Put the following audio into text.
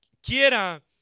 quiera